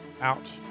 out